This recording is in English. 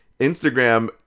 instagram